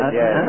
yes